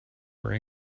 were